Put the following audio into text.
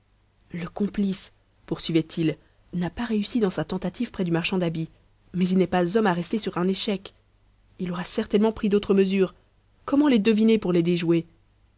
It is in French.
le complice poursuivait il n'a pas réussi dans sa tentative près du marchand d'habits mais il n'est pas homme à rester sur un échec il aura certainement pris d'autres mesures comment les deviner pour les déjouer